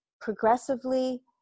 progressively